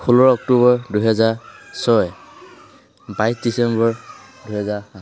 ষোল্ল অক্টোবৰ দুহেজাৰ ছয় বাইছ ডিচেম্বৰ দুহেজাৰ সাত